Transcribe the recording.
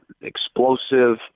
explosive